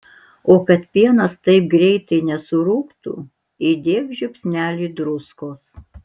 o kad pienas taip greitai nesurūgtų įdėk žiupsnelį druskos